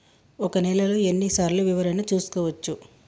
ఒక నెలలో ఎన్ని సార్లు వివరణ చూసుకోవచ్చు?